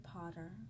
Potter